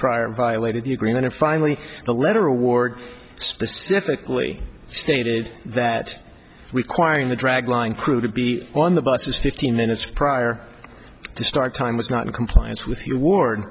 prior violated the agreement or finally the letter award specifically stated that requiring the dragline crew to be on the bus is fifteen minutes prior to start time was not in compliance with you w